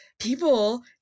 people